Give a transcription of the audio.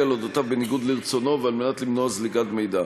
על אודותיו בניגוד לרצונו ועל מנת למנוע זליגת מידע.